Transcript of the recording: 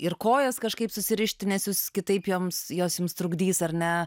ir kojas kažkaip susirišti nes jūs kitaip joms jos jums trukdys ar ne